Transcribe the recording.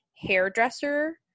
hairdresser